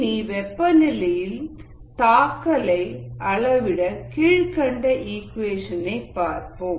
இனி வெப்பநிலையின் தாக்கலை அளவிட கீழ்க்கண்ட இக்குவேஷன் பார்ப்போம்